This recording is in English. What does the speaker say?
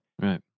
right